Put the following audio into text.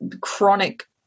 chronic